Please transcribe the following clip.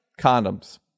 condoms